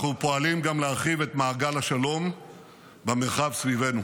אנחנו פועלים גם להרחיב את מעגל השלום במרחב סביבנו.